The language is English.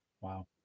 Wow